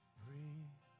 breathe